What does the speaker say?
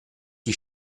qui